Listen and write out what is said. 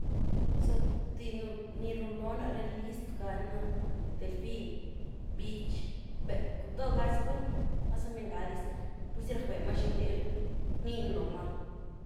Zatíé ni rulonaré list'ga'na niná delfin, bích, becw, dogazi, bueno, mas o mengadiz purzi rac' bemaa xini rníen loóhmaa.